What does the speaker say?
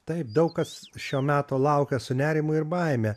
taip daug kas šio meto laukia su nerimu ir baime